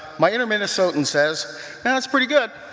my inner minnesotan says that's pretty good.